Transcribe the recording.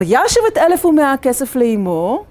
וישב את אלף ומאה כסף לאימו